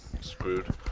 screwed